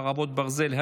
חרבות ברזל),